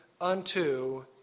Unto